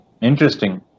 Interesting